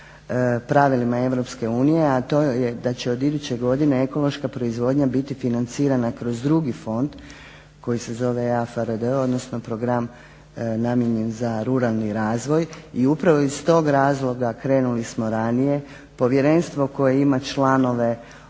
unije, a to je da će od iduće godine ekološka proizvodnja biti financirana kroz drugi fond koji se zove AFRD, odnosno program namijenjen za ruralni razvoj i upravo iz tog razloga krenuli smo ranije. Povjerenstvo koje ima članove